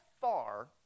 far